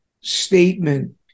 statement